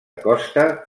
costa